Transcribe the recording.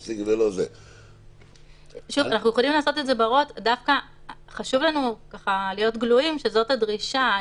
חשוב לנו להיות גלויים שזו הדרישה.